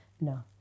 No